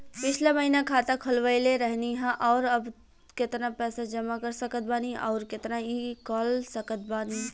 पिछला महीना खाता खोलवैले रहनी ह और अब केतना पैसा जमा कर सकत बानी आउर केतना इ कॉलसकत बानी?